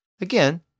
Again